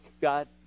God